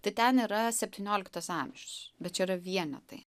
tai ten yra septynioliktas amžius bet čia yra vienetai